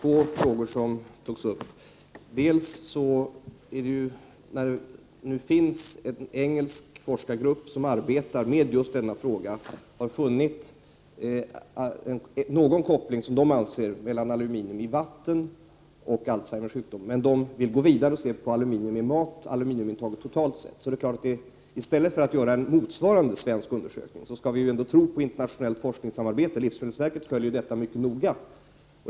Herr talman! Två frågor togs upp. En engelsk forskargrupp, som arbetar med just denna fråga, anser sig ha funnit en koppling mellan aluminium i vatten och Alzheimers sjukdom. Men dessa forskare vill gå vidare och se på aluminium i mat, aluminiumintaget totalt sett. I stället för att göra en motsvarande svensk undersökning skall vi ju ändå tro på ett internationellt forskningssamarbete. Livsmedelsverket följer detta arbete mycket noga.